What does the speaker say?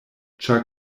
ĉar